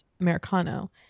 Americano